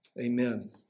Amen